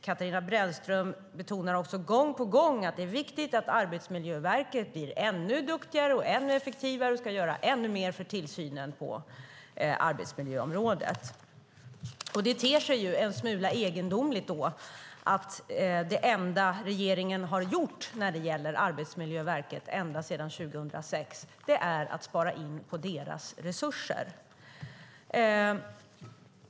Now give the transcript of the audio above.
Katarina Brännström betonar också gång på gång att det är viktigt att Arbetsmiljöverket blir ännu duktigare och ännu effektivare och ska göra ännu mer för tillsynen på arbetsmiljöområdet. Då ter det sig en smula egendomligt att det enda som regeringen har gjort när det gäller Arbetsmiljöverket sedan 2006 är att spara in på deras resurser.